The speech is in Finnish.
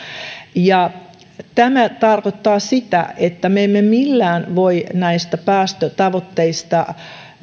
tämä tarkoittaa sitä että me emme millään voi näistä päästötavoitteista